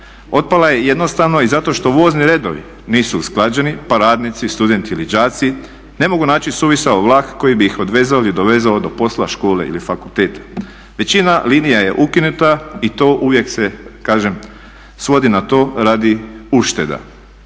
otpala je jednostavno i zato što vozni redovi nisu usklađeni, pa radnici, studenti ili đaci ne mogu naći suvisao vlak koji bi ih odvezao ili dovezao do posla, škole ili fakulteta. Većina linija je ukinuta i to uvijek se kažem svodi na to radi ušteda.